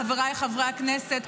חבריי חברי הכנסת,